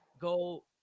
go